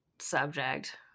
subject